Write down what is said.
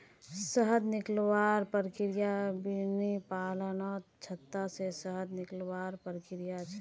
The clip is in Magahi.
शहद निकलवार प्रक्रिया बिर्नि पालनत छत्ता से शहद निकलवार प्रक्रिया छे